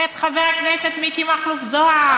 ואת חבר הכנסת מיקי מכלוף זוהר,